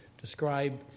describe